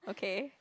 okay